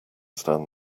stand